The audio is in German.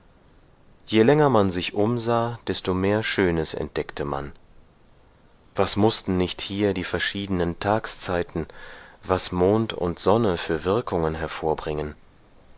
je länger man sich umsah desto mehr schönes entdeckte man was mußten nicht hier die verschiedenen tagszeiten was mond und sonne für wirkungen hervorbringen